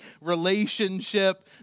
relationship